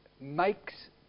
makes